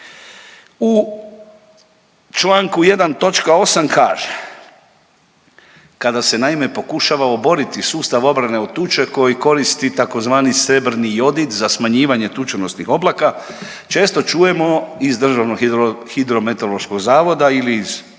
točka 8. kaže, kada se naime pokušava oboriti sustav obrane od tuče koji koristi tzv. srebrni jodid za smanjivanje tučonosnih oblaka, često čujemo iz DHMZ-a ili iz